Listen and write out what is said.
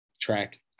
track